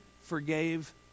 forgave